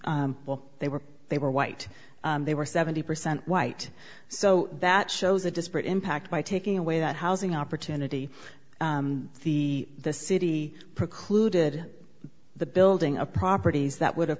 well they were they were white they were seventy percent white so that shows a disparate impact by taking away that housing opportunity the the city precluded the building of properties that would have